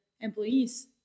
employees